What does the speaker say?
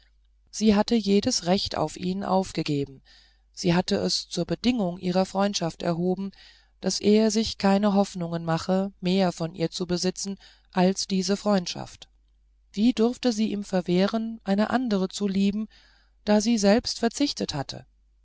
sie hatte jedes recht auf ihn aufgegeben sie hatte es zur bedingung ihrer freundschaft erhoben daß er sich keine hoffnungen mache mehr von ihr zu besitzen als diese freundschaft wie durfte sie ihm verwehren eine andere zu lieben da sie selbst verzichtet hatte